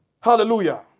Hallelujah